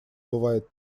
бывает